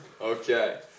Okay